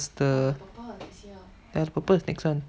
ya the purpose next one